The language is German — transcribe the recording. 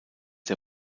der